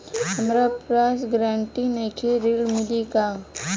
हमरा पास ग्रांटर नईखे ऋण मिली का?